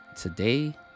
Today